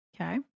Okay